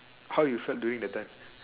how you start doing that time